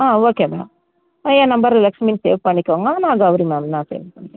ஆ okay ma'am என் number லட்சுமினு save பண்ணிக்கோங்க நான் கவுரி மேம் நான் சேவ் பண்ணிக்கிறேன்